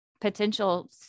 potential